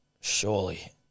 Surely